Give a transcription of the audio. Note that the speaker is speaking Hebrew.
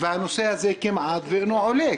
הנושא הזה כמעט ואינו עולה,